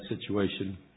situation